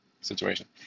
situation